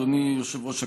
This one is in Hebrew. אדוני יושב-ראש הכנסת,